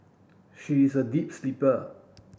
she is a deep sleeper